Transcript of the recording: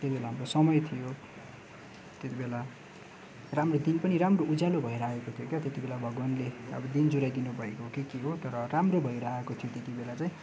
त्यो बेला हाम्रो समय थियो त्यति बेला राम्रो दिन पनि राम्रो उज्यालो भएर आएको थियो क्या त्यति बेला भगवानले अब दिन जुराई दिनुभएको हो कि के हो तर राम्रो भएर आएको थियो त्यति बेला चाहिँ